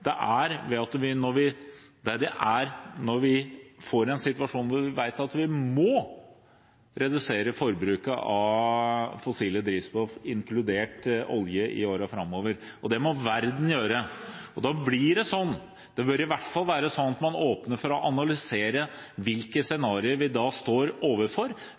det er når vi får en situasjon der vi vet at vi må redusere forbruket av fossilt drivstoff, inkludert olje, i årene framover. Det må verden gjøre. Da blir det sånn – det bør i hvert fall være sånn – at man åpner for å analysere hvilke scenarioer vi står overfor